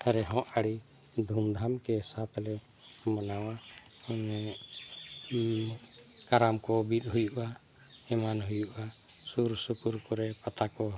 ᱨᱮᱦᱚᱸ ᱟᱹᱰᱤ ᱫᱷᱩᱢᱫᱷᱟᱢ ᱠᱮ ᱥᱟᱛᱞᱮ ᱢᱟᱱᱟᱣᱟ ᱚᱱᱮ ᱠᱟᱨᱟᱢ ᱠᱚ ᱵᱤᱫ ᱦᱩᱭᱩᱜᱼᱟ ᱮᱢᱟᱱ ᱦᱩᱭᱩᱜᱼᱟ ᱥᱩᱨᱥᱩᱯᱩᱨ ᱠᱚᱨᱮ ᱯᱟᱛᱟ ᱠᱚ